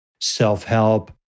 self-help